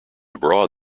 abroad